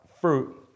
fruit